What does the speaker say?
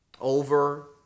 over